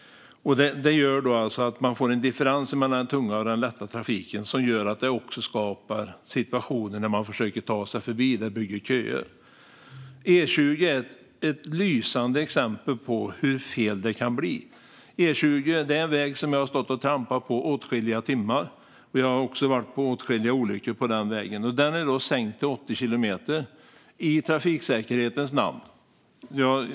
Det gör att man får en differens mellan den tunga och den lätta trafiken. Det skapar situationer som man försöker ta sig förbi, och det bygger köer. Jag har också varit vid åtskilliga olyckor på denna väg. Där har man nu sänkt hastigheten till 80 kilometer i trafiksäkerhetens namn.